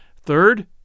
Third